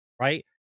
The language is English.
right